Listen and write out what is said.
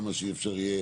למה שלא אפשר יהיה,